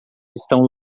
estão